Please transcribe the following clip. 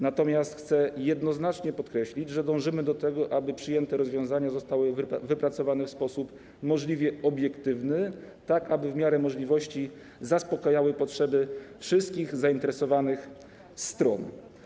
Natomiast chcę jednoznacznie podkreślić, że dążymy do tego, aby przyjęte rozwiązania zostały wypracowane w sposób możliwie obiektywny, tak aby w miarę możliwości zaspokajały potrzeby wszystkich zainteresowanych stron.